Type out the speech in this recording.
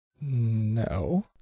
No